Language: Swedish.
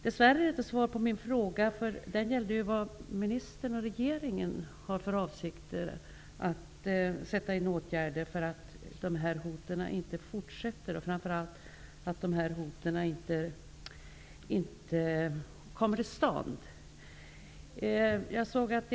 Dessvärre är det inte svar på min fråga, eftersom den gällde vad ministern och regeringen avser att vidta för åtgärder, så att de här hoten inte fortsätter och framför allt inte sätts i verket.